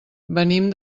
venim